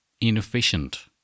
inefficient